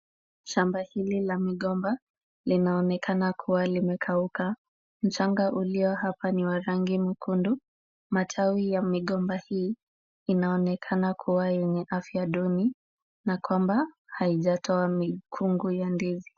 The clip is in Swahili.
Shamba hili la migomba linaonekana kuwa limekauka, mchanga ulio hapa ni wa rangi nyekundu, matawi ya migomba hii inaonekana kuwa yenye afya duni na kwamba haijatoa mikungu ya ndizi.